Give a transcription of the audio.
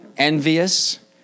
envious